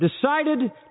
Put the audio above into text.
decided